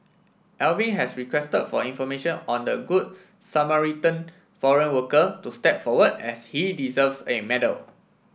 Alvin has requested for information on the Good Samaritan foreign worker to step forward as he deserves a medal